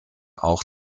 auch